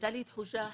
הייתה לי תחושה אחרת,